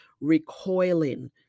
recoiling